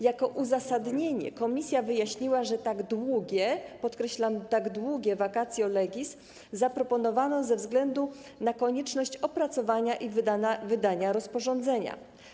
Jako uzasadnienie komisja wyjaśniła, że tak długie, podkreślam: tak długie, vacatio legis zaproponowano ze względu na konieczność opracowania i wydania rozporządzenia.